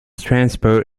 transport